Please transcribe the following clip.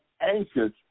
anxious